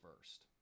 first